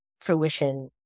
fruition